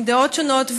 עם דעות שונות,